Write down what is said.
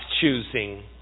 choosing